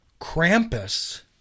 Krampus